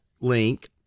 link